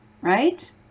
right